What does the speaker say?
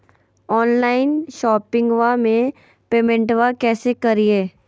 Online शोपिंगबा में पेमेंटबा कैसे करिए?